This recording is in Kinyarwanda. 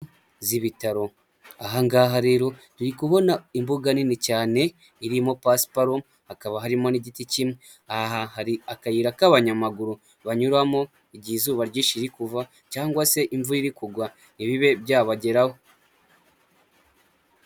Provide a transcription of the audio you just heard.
Z'ibitaro, aha ngaha rero turi kubona imbuga nini cyane irimo pasiparomo, hakaba harimo n'igiti kimwe ,aha hari akayira k'abanyamaguru, banyuramo igihe izuba ryinshi riri kuva cyangwa se imvura iri kugwa, ntibibe byabageraho.